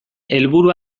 helburu